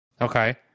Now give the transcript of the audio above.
Okay